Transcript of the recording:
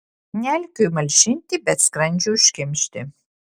ne alkiui malšinti bet skrandžiui užkimšti